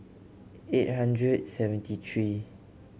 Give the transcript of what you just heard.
eight hundred seventy three